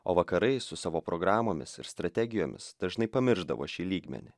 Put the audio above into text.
o vakarai su savo programomis ir strategijomis dažnai pamiršdavo šį lygmenį